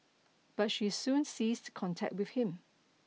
but she soon ceased contact with him